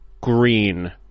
green